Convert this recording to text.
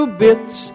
bits